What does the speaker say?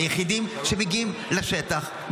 היחידים מגיעים לשטח,